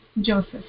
Joseph